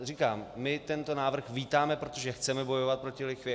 Říkám, my tento návrh vítáme, protože chceme bojovat proti lichvě.